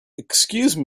excuse